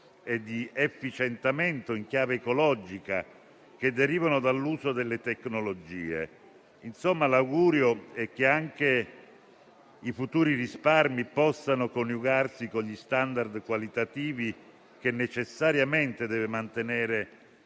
e di efficientamento in chiave ecologica, che derivano dall'uso delle tecnologie. Insomma, l'augurio è che anche i futuri risparmi possano coniugarsi con gli *standard* qualitativi che necessariamente deve mantenere